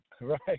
Right